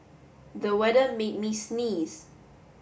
the weather made made me sneeze